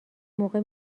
موقع